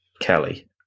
Kelly